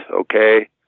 okay